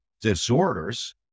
disorders